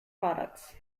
products